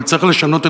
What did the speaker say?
לך את,